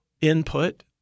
input